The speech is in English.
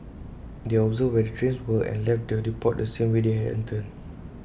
they observed where the trains were and left the depot the same way they had entered